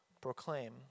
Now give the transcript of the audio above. proclaim